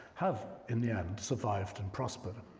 have, in the end, survived and prospered.